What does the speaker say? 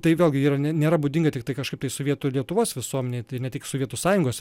tai vėlgi yra ne nėra būdinga tiktai kažkaip tai sovietų ir lietuvos visuomenei tai ne tik sovietų sąjungos